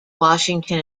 washington